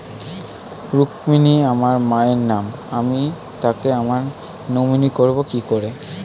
রুক্মিনী আমার মায়ের নাম আমি তাকে আমার নমিনি করবো কি করে?